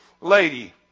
lady